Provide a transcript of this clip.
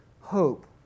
hope